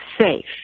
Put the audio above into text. safe